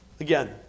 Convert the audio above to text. Again